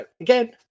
again